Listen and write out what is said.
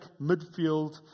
midfield